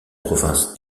province